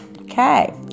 okay